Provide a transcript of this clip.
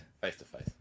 Face-to-face